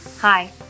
Hi